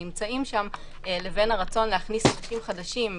לבין הרצון להכניס חדשים.